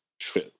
true